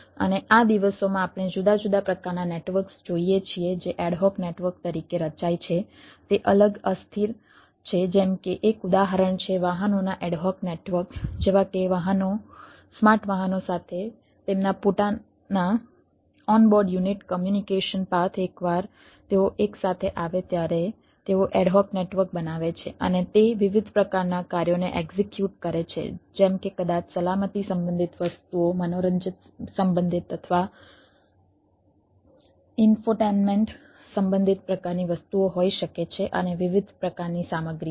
અને આ દિવસોમાં આપણે જુદા જુદા પ્રકારના નેટવર્ક્સ જોઈએ છીએ જે એડહોક નેટવર્ક તરીકે રચાય છે તે અલગ અસ્થિર છે જેમ કે એક ઉદાહરણ છે વાહનોના એડહોક નેટવર્ક જેવા કે વાહનો સ્માર્ટ વાહનો સાથે તેમના પોતાના ઓન બોર્ડ યુનિટ સંબંધિત પ્રકારની વસ્તુઓ હોઈ શકે છે અને વિવિધ પ્રકારની સામગ્રી છે